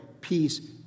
peace